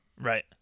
right